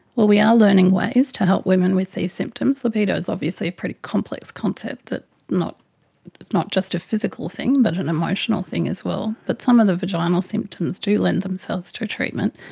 well, we are learning ways to help women with these symptoms. libido is obviously a pretty complex concept that is not just a physical thing but an emotional thing as well. but some of the vaginal symptoms to lend themselves to treatment,